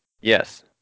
Yes